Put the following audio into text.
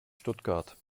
stuttgart